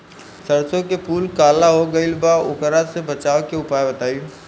सरसों के फूल काला हो गएल बा वोकरा से बचाव के उपाय बताई?